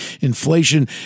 inflation